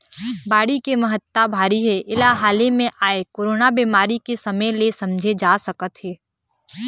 बाड़ी के महत्ता भारी हे एला हाले म आए कोरोना बेमारी के समे ले समझे जा सकत हे